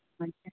हजुर